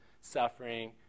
suffering